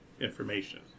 information